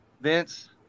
Vince